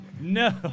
No